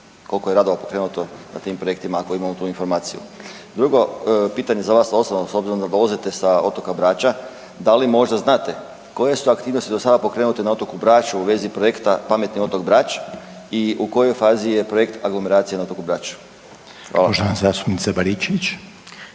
koliko je radova pokrenuto na tim projektima ako imamo tu informaciju. Drugo pitanje za vas osobno s obzirom da dolazite sa otoka Brača, da li možda znate koje su aktivnosti do sada pokrenute na otoku Braču u vezi projekta Pametni otok Brač i u kojoj fazi je projekt aglomeracije na otoku Braču. Hvala. **Reiner,